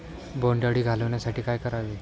बोंडअळी घालवण्यासाठी काय करावे?